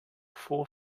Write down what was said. four